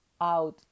out